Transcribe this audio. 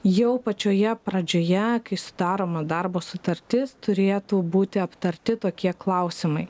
jau pačioje pradžioje kai sudaroma darbo sutartis turėtų būti aptarti tokie klausimai